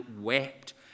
wept